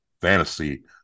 Fantasy